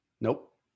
Nope